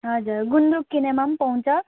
हजुर गुन्द्रुक किनेमा पनि पाउँछ